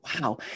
wow